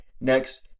next